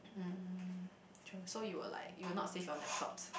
um true so you will like you will not save your laptop